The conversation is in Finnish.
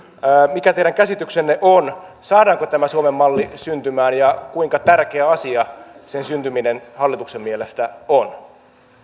mikä teidän käsityksenne on saadaanko tämä suomen malli syntymään ja kuinka tärkeä asia sen syntyminen hallituksen mielestä on